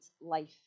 life